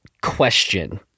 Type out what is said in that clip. question